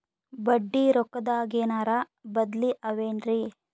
ಬಡ್ಡಿ ರೊಕ್ಕದಾಗೇನರ ಬದ್ಲೀ ಅವೇನ್ರಿ?